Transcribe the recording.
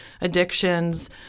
addictions